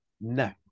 No